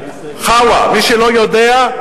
למי שלא יודע,